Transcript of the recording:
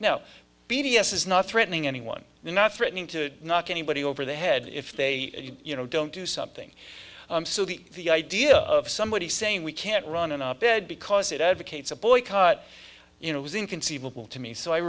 is not threatening anyone they're not threatening to knock anybody over the head if they you know don't do something so the idea of somebody saying we can't run in our bed because it advocates a boycott you know is inconceivable to me so i